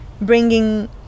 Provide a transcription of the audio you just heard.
bringing